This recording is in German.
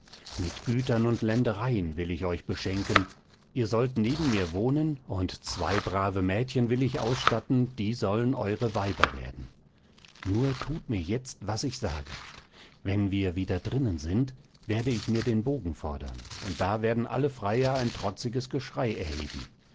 mit gütern und ländereien will ich euch beschenken ihr sollt neben mir wohnen und zwei brave mädchen will ich ausstatten die sollen eure weiber werden nur thut mir jetzt was ich sage wenn wir wieder drinnen sind werde ich mir den bogen fordern und da werden alle freier ein trotziges geschrei erheben